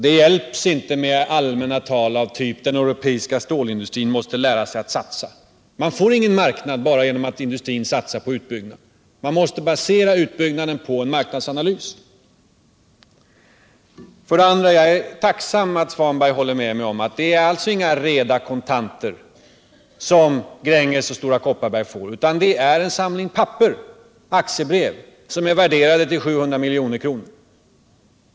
Det hjälper inte med allmänt tal om att den europeiska stålindustrin måste lära sig att satsa. Man får ingen marknad bara genom att industrin satsar på utbyggnad. Man måste basera utbyggnaden på en marknadsanalys. Jag noterar att herr Svanberg håller med mig om att det inte är reda kontanter som Gränges och Stora Kopparberg får utan att det är en samling papper, aktiebrev, som är värderade till 700 milj.kr.